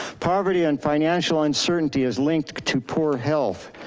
poverty and financial uncertainty is linked to poor health.